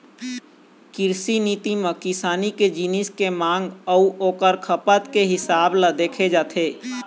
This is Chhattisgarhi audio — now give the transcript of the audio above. कृषि नीति म किसानी के जिनिस के मांग अउ ओखर खपत के हिसाब ल देखे जाथे